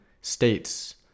states